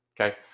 Okay